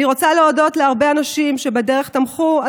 אני רוצה להודות להרבה אנשים שתמכו בדרך,